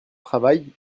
travail